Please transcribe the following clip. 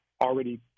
already